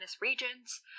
regions